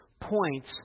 points